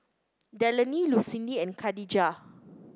Delaney Lucindy and Khadijah